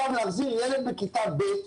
ולהחזיר את האמון במערכת החינוך,